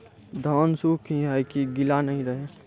धान सुख ही है की गीला नहीं रहे?